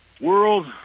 world